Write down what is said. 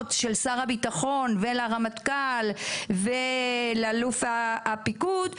של שר הביטחון ולרמטכ"ל ולאלוף הפיקוד,